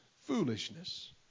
foolishness